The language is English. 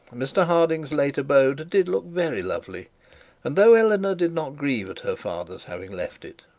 mr harding's late abode did look very lovely and though eleanor did not grieve at her father's having left it,